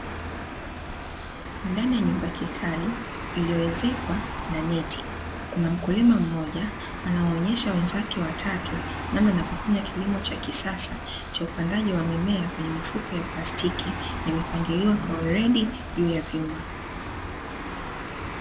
Ndani ya nyumba kitalu, iliyoezekwa na neti kuna mkulima mmoja, anawaonyesha wenzake watatu, namna anavyofanya kilimo cha kisasa, cha upandaji wa mimea kwenye mifuko ya plastiki, na imepangiliwa kwa weledi juu ya vyuma.